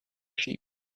sheep